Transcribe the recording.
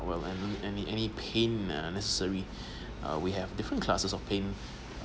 well any any any pain necessary uh we have different classes of pain